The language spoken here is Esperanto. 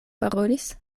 parolis